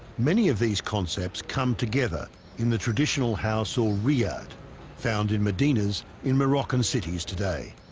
many of these concepts come together in the traditional house or riyadh found in medina's in moroccan cities today